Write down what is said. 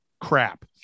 crap